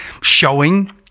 showing